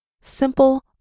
simple